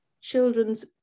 children's